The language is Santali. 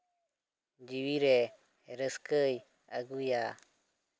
ᱡᱤᱣᱤᱨᱮ ᱨᱟᱹᱥᱠᱟᱹᱭ ᱟᱹᱜᱩᱭᱟ